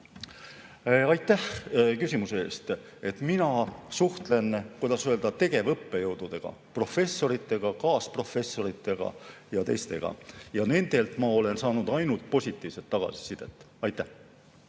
Aitäh küsimuse eest! Mina suhtlen, kuidas öelda, tegevõppejõududega, professoritega, kaasprofessoritega ja teistega, ja nendelt ma olen saanud ainult positiivset tagasisidet. Aitäh